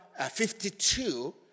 52